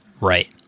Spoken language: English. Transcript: Right